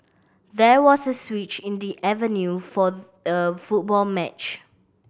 there was a switch in the avenue for the football match